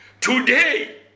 today